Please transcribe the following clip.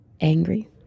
angry